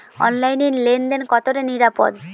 অনলাইনে লেন দেন কতটা নিরাপদ?